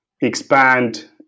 expand